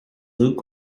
luke